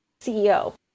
CEO